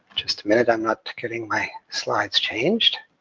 just a minute. i'm not getting my slides changed.